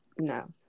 no